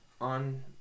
on